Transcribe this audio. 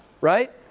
Right